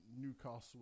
newcastle